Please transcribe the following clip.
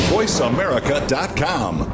VoiceAmerica.com